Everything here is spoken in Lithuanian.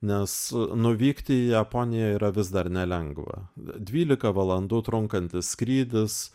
nes nuvykti į japoniją yra vis dar nelengva dvylika valandų trunkantis skrydis